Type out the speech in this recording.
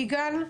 יגאל.